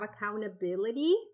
accountability